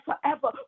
forever